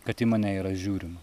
kad į mane yra žiūrima